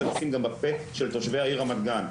זה גם לשים בפה של תושבי העיר רמת גן,